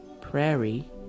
prairie